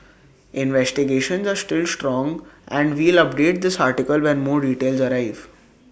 investigations are still ongoing and we'll update this article when more details arrive